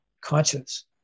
conscious